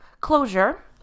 closure